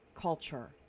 culture